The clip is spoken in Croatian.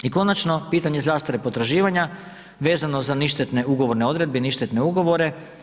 I konačno, pitanje zastare potraživanja vezano za ništetne ugovorne odredbe i ništetne ugovore.